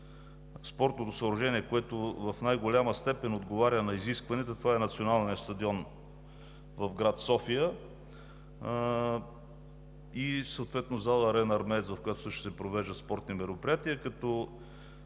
спортните съоръжения, които в най-голяма степен отговарят на изискванията, това са Националният стадион в град София и съответно зала „Арена Армеец“, в която също се провеждат спортни мероприятия, като